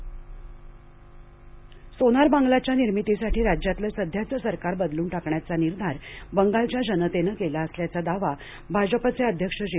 नडडा बंगाल दौरा सोनार बांगलाच्या निर्मितीसाठी राज्यातलं सध्याचं सरकार बदलून टाकण्याचा निर्धार बंगालच्या जनतेनं केला असल्याचा दावा भाजपचे अध्यक्ष जे